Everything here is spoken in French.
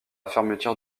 fermeture